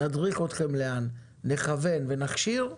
נדריך אתכם, נכוון ונכשיר,